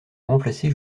remplacé